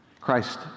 Christ